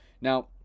Now